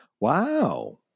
Wow